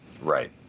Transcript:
Right